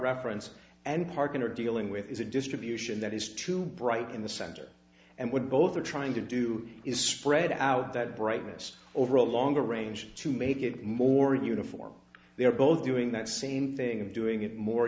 reference and parking are dealing with is a distribution that is too bright in the center and would both are trying to do is spread out that brightness over a longer range to make it more uniform they are both doing that same thing and doing it more